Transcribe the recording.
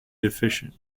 deficient